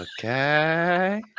okay